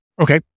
Okay